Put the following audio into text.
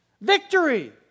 Victory